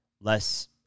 less